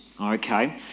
okay